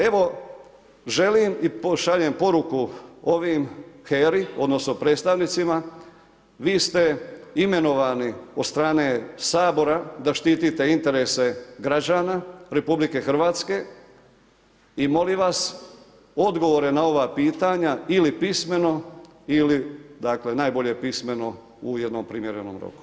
Evo, želim i šaljem poruku ovoj HERI, odnosno, predstavnicima, vi ste imenovani od strane Sabora, da štitite interese građana RH i molim vas odgovore na ova pitanja ili pismeno ili dakle, najbolje pismeno u jednom primjerenom roku.